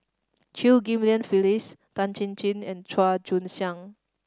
Chew Ghim Lian Phyllis Tan Chin Chin and Chua Joon Siang